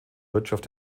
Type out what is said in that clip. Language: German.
wirtschaft